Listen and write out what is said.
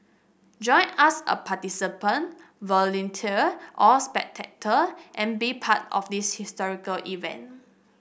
join us a participant volunteer or spectator and be part of this historic event